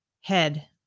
head